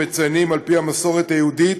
המציינים על-פי המסורת היהודית